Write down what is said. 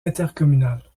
intercommunale